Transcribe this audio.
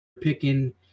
picking